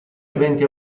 eventi